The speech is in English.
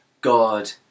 God